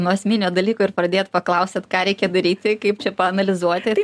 nuo esminio dalyko ir pradėt paklausėt ką reikia daryti tai kaip čia paanalizuoti